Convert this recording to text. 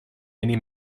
many